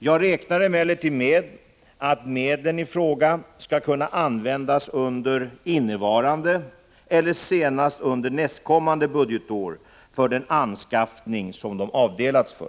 Jag räknar emellertid med att medlen i fråga skall kunna användas under innevarande eller senast under nästkommande budgetår för den anskaffning som de avdelats för.